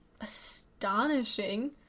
astonishing